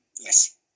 Yes